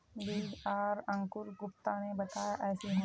बीज आर अंकूर गुप्ता ने बताया ऐसी होनी?